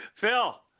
Phil